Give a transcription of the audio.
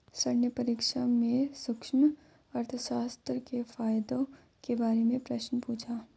sir ने परीक्षा में सूक्ष्म अर्थशास्त्र के फायदों के बारे में प्रश्न पूछा